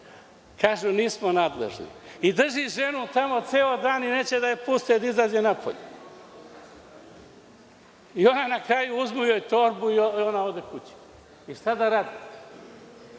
kažu – nismo nadležni. I drži ženu tamo ceo dan i neće da je puste da izađe napolje. Na kraju joj uzmu torbu i ona ode kući. I šta da radite?